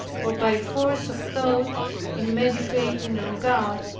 or by force of thought in meditating on god,